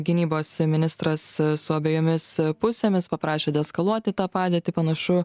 gynybos ministras su abejomis pusėmis paprašė deeskaluoti tą padėtį panašu